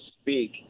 speak